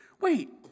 Wait